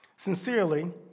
Sincerely